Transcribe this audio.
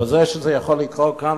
אבל זה שזה יכול לקרות כאן,